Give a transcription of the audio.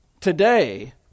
today